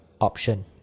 option